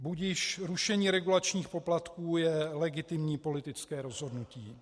Budiž, rušení regulačních poplatků je legitimní politické rozhodnutí.